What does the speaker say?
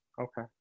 Okay